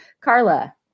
Carla